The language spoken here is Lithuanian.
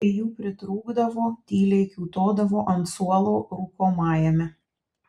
kai jų pritrūkdavo tyliai kiūtodavo ant suolo rūkomajame